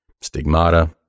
*Stigmata*